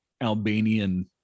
Albanian